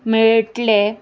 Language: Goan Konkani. मेळटले